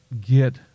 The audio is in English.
get